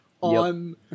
on